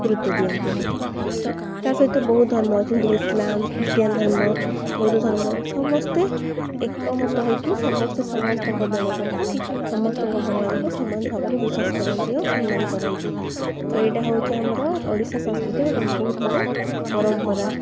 ଗୁରୁତ୍ୱ ଦିଅନ୍ତି ତା ସହିତ ବହୁତ ଧର୍ମ ଯେମିତି ଇସଲାମ ଖ୍ରୀଷ୍ଟିଆନ ଧର୍ମ ବୌଦ୍ଧ ଧର୍ମ ସମସ୍ତେ ଏକମତ ହେଇକି ସମସ୍ତେ ସମସ୍ତଙ୍କ ଦେବତାଙ୍କୁ ସମସ୍ତଙ୍କ ଭଗବାନଙ୍କୁ ସମାନ ଭାବରେ ବିଶ୍ୱାସ କରନ୍ତି ଆଉ ସମ୍ମାନ କରନ୍ତି ତ ଏଇଟା ହଉଚି ଆମର ଓଡ଼ିଶା ସଂସ୍କୃତି ଗୋଟେ ବହୁତ ବଡ଼ ପରମ୍ପରା